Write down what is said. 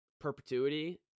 perpetuity